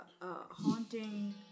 haunting